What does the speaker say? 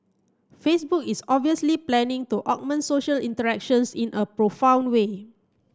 Facebook is obviously planning to augment social interactions in a profound way